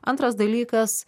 antras dalykas